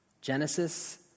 Genesis